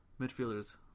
Midfielders